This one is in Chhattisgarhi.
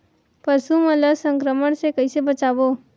पशु मन ला संक्रमण से कइसे बचाबो?